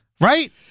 right